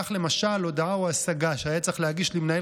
כך למשל הודעה או השגה שהיה צריך להגיש למינהל